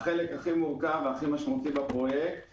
החלק הכי מורכב והכי משמעותי בפרויקט הוא